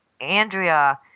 Andrea